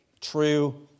true